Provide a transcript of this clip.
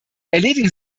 erledigen